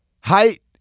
height